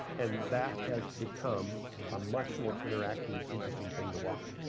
and that has become a much more interactive, interesting thing to watch.